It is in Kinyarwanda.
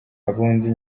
abunzi